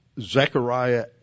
Zechariah